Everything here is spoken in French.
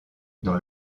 dans